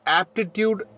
aptitude